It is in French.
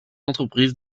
entreprise